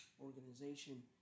organization